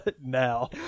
now